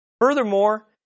Furthermore